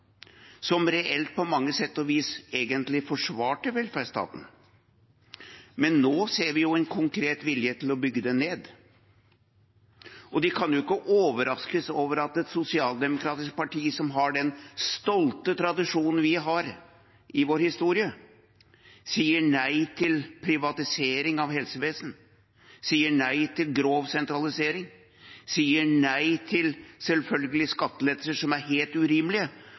vis reelt sett egentlig forsvarte velferdsstaten, mens vi nå ser en konkret vilje til å bygge den ned. Og de kan jo ikke overraskes over at et sosialdemokratisk parti – som har den stolte tradisjonen vi har i vår historie – sier nei til privatisering av helsevesenet, sier nei til grov sentralisering, sier nei til, selvfølgelig, skattelettelser som er helt urimelige,